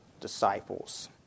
disciples